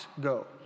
go